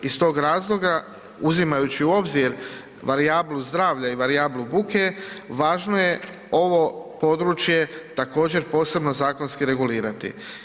Iz tog razloga, uzimajući u obzir varijablu zdravlja i varijablu buke važno je ovo područje također posebno zakonski regulirati.